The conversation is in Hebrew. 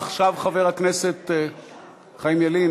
עכשיו חבר הכנסת חיים ילין.